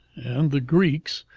and the greeks,